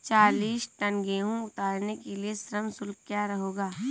चालीस टन गेहूँ उतारने के लिए श्रम शुल्क क्या होगा?